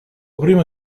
prima